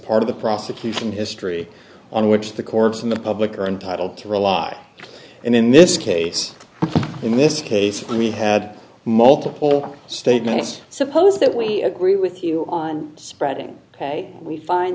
part of the prosecution history on which the courts in the public are entitled to rely and in this case in this case we had multiple statements suppose that we agree with you on spreading ok we find